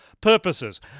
purposes